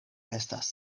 estas